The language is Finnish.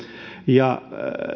ja